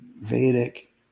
Vedic